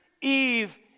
Eve